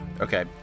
Okay